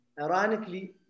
Ironically